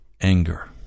anger